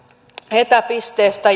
etäpisteestä